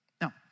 Now